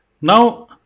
Now